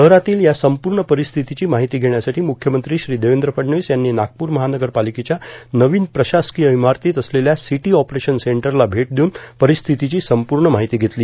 शहरातील या संपूर्ण परिस्थितीची माहिती घेण्यासाठी मुख्यमंत्री श्री देवेंद्र फडणवीस यांनी नागपूर महानगरपालिकेच्या नवीन प्रशासकीय इमारतीत असलेल्या सिटी ऑपरेशन सेंटरला भेट देऊन परिस्थितीची संपूर्ण माहिती घेतली